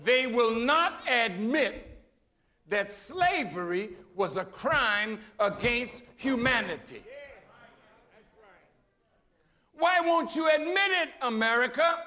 they will not admitting that slavery was a crime against humanity why won't you a man in america